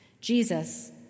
Jesus